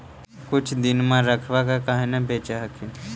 कुछ दिनमा रखबा के काहे न बेच हखिन?